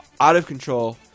out-of-control